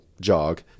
jog